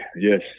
yes